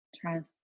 trust